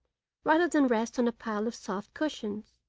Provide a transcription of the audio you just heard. rather than rest on a pile of soft cushions.